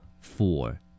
Four